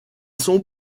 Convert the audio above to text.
sont